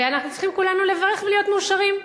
ואנחנו צריכים כולנו לברך ולהיות מאושרים.